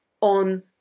on